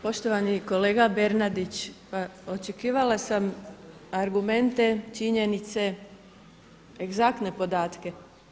Poštovani kolega Bernardić, pa očekivala sam argumente, činjenice, egzaktne podatke.